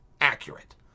accurate